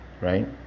right